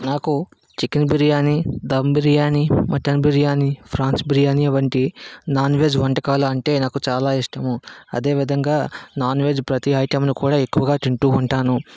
నాకు chicken biryani dum biryani mutton biryani prawns biryani వంటి non veg వంటకాలు అంటే నాకు చాలా ఇష్టము అదేవిధంగా నాన్ వెజ్ ప్రతీ ఐటెంను కూడా ఎక్కువగా తింటూ ఉంటాను